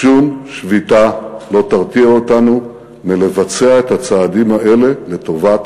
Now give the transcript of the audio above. שום שביתה לא תרתיע אותנו מלבצע את הצעדים האלה לטובת